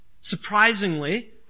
surprisingly